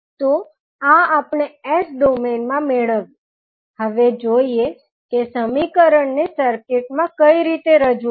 તો આ આપણે S ડૉમેઇનમા મેળવ્યું હવે જોઇએ કે સમીકરણને સર્કિટ મા કઈ રીતે રજુ કરવા